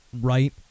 Right